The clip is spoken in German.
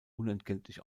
unentgeltlich